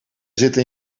zitten